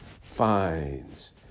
finds